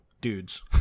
dudes